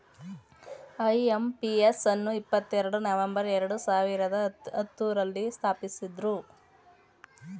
IMPS ಅನ್ನು ಇಪ್ಪತ್ತೆರಡು November ಎರಡು ಸಾವಿರದ ಹತ್ತುರಲ್ಲಿ ಸ್ಥಾಪಿಸಿದ್ದ್ರು